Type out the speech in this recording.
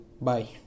Bye